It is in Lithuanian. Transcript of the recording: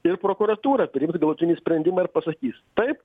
ir prokuratūra priims galutinį sprendimą ir pasakys taip